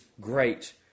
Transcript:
great